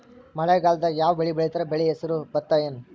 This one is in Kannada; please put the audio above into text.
ಮಳೆಗಾಲದಾಗ್ ಯಾವ್ ಬೆಳಿ ಬೆಳಿತಾರ, ಬೆಳಿ ಹೆಸರು ಭತ್ತ ಏನ್?